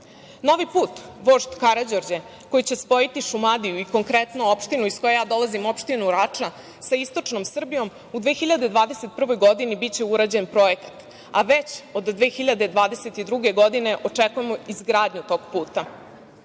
put Vožd Karađorđe, koji će spojiti Šumadiju i konkretno opštinu iz koje ja dolazim, opštinu Rača, sa istočnom Srbijom u 2021. godini biće urađen projekat, a već od 2022. godine očekujemo izgradnju tog